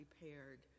prepared